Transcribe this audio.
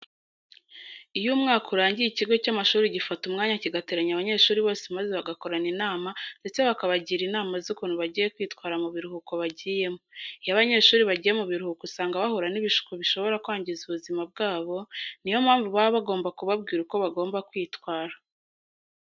Iyo umwaka urangiye ikigo cy'amashuri gifata umwanya kigateranya abanyeshuri bose maze bagakorana inama ndetse bakabagira inama z'ukuntu bagiye kwitwara mu biruhuko bagiyemo. Iyo abanyeshuri bagiye mu biruhuko usanga bahura n'ibishuko bishobora kwangiza ubuzima bwabo, niyo mpamvu baba bagomab kubabwira uko bagomba kwitwara.